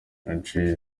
nagiye